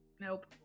nope